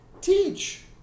Teach